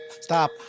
Stop